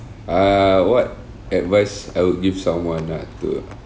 err what advice I would give someone uh to